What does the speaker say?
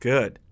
Good